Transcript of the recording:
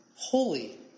holy